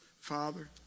Father